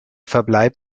verbleib